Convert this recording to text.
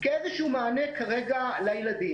כאיזשהו מענה כרגע לילדים.